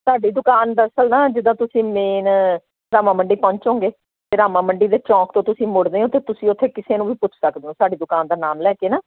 ਸਾਡੀ ਦੁਕਾਨ ਦਰਅਸਲ ਨਾ ਜਿਦਾਂ ਤੁਸੀਂ ਮੇਨ ਰਾਮਾ ਮੰਡੀ ਪਹੁੰਚੋਗੇ ਰਾਮਾ ਮੰਡੀ ਦੇ ਚੌਂਕ ਤੋਂ ਤੁਸੀਂ ਮੁੜਦੇ ਹੋ ਅਤੇ ਤੁਸੀਂ ਉੱਥੇ ਕਿਸੇ ਨੂੰ ਵੀ ਪੁੱਛ ਸਕਦੇ ਹੋ ਸਾਡੀ ਦੁਕਾਨ ਦਾ ਨਾਮ ਲੈ ਕੇ ਨਾ